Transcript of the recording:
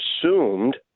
assumed